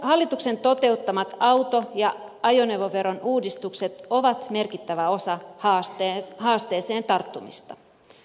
hallituksen toteuttamat auto ja ajoneuvoveron uudistukset ovat merkittävä osa haasteeseen tarttumista